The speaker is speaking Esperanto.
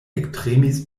ektremis